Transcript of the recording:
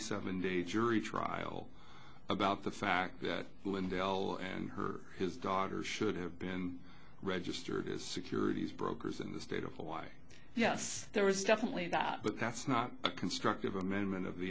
seven day jury trial about the fact that dell and her his daughter should have been registered as securities brokers in the state of hawaii yes there was definitely that but that's not a constructive amendment of the